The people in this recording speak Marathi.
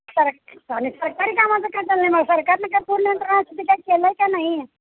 सरक आणि सरकारी कामाचं काय चाललं आहे मग सरकारनं काय पूर नियंत्रणासाठी काही केलं आहे का नाही